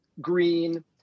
green